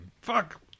fuck